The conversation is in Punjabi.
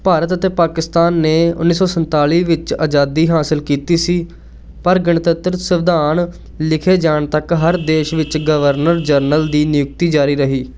ਭਾਰਤ ਅਤੇ ਪਾਕਿਸਤਾਨ ਨੇ ਉੱਨੀ ਸੌ ਸੰਤਾਲੀ ਵਿੱਚ ਆਜ਼ਾਦੀ ਹਾਸਲ ਕੀਤੀ ਸੀ ਪਰ ਗਣਤੰਤਰ ਸੰਵਿਧਾਨ ਲਿਖੇ ਜਾਣ ਤੱਕ ਹਰ ਦੇਸ਼ ਵਿੱਚ ਗਵਰਨਰ ਜਨਰਲ ਦੀ ਨਿਯੁਕਤੀ ਜਾਰੀ ਰਹੀ